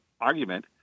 argument